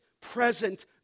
present